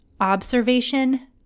observation